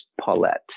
Paulette